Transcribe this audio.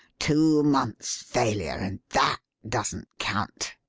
two months' failure and that doesn't count!